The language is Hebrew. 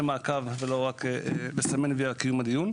מעקב ולא רק לסמן V על קיום הדיון.